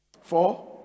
Four